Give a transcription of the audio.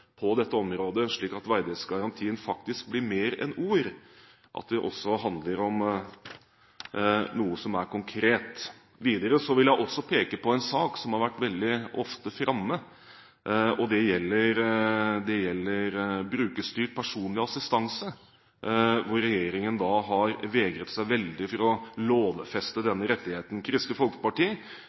på dette området, slik at verdighetsgarantien faktisk blir mer enn ord, at det også handler om noe konkret. Videre vil jeg peke på en sak som har vært veldig ofte framme. Det gjelder brukerstyrt personlig assistanse. Regjeringen har vegret seg veldig for å lovfeste denne rettigheten. Kristelig Folkeparti